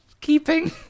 keeping